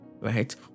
Right